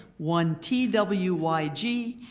one t w y g,